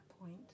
point